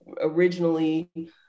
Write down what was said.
originally